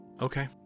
Okay